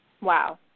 Wow